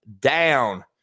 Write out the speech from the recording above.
down